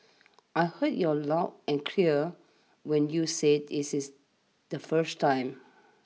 I heard you aloud and clear when you said this is the first time